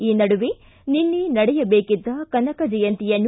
ಈ ನಡುವೆ ನಿನ್ನೆ ನಡೆಯಬೇಕಿದ್ದ ಕನಕ ಜಯಂತಿಯನ್ನು